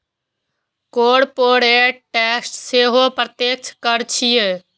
corporate tax सेहो प्रत्यक्ष कर छियै